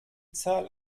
zahl